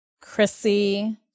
Chrissy